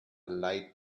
light